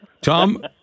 Tom